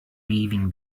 leaving